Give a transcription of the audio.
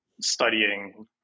studying